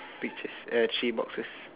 pictures eh three boxes